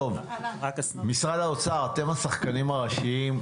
משרד האוצר, אתם השחקנים הראשיים.